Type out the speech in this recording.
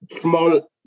small